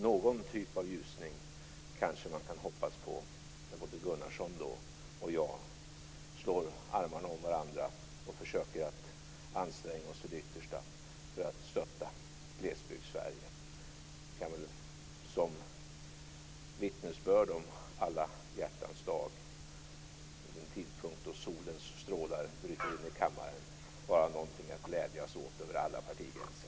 Någon typ av ljusning kan man kanske hoppas på när både Gunnarsson och jag slår armarna om varandra och försöker anstränga oss till det yttersta för att stötta Glesbygds-Sverige. Som vittnesbörd om alla hjärtans dag vid en tidpunkt då solens strålar bryter in i kammaren kan det väl vara något att glädjas åt över alla partigränser.